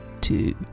two